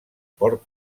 port